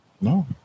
No